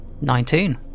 Nineteen